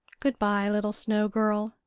good-by, little snow-girl,